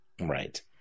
Right